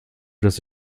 dass